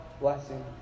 blessing